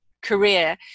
career